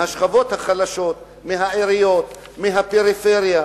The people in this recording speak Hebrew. מהשכבות החלשות, מהעיריות, מהפריפריה.